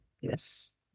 Yes